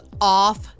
off